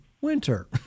winter